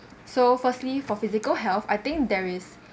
so firstly for physical health I think there is